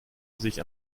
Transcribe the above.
sich